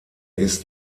ist